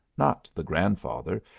not the grandfather,